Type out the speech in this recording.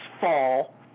fall